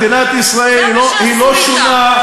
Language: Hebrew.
מדינת ישראל היא לא שונה,